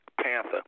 Panther